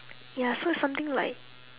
ya so it's something like